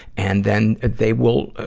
and then, they will, ah,